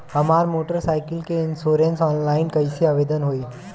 हमार motor cycle के insurance online कईसे आवेदन होई?